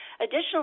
Additionally